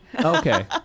okay